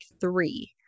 three